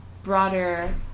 broader